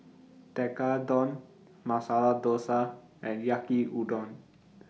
Tekkadon Masala Dosa and Yaki Udon